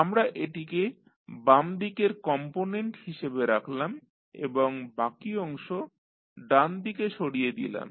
আমরা এটিকে বামদিকের কম্পোনেন্ট হিসাবে রাখলাম এবং বাকি অংশ ডানদিকে সরিয়ে দিলাম